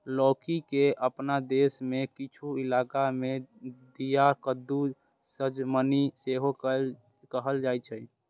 लौकी के अपना देश मे किछु इलाका मे घिया, कद्दू, सजमनि सेहो कहल जाइ छै